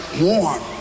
warm